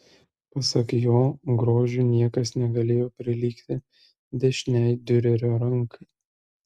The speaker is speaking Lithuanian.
pasak jo grožiu niekas negalėjo prilygti dešinei diurerio rankai